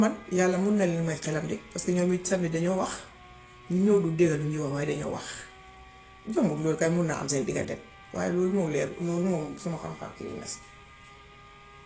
yàlla mën na leen may xelam de parce que ñoom itamit dañoo wax, ñiy yóbbu géwél dañoo wax waaye dañoo wax. Jumbu loolu kay mun na am seen diggante waaye loolu moom leerul. Loolu moom suma xam-xam kii yu ma si.